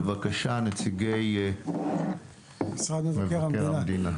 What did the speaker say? בבקשה, נציגי משרד מבקר המדינה.